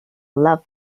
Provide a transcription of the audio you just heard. love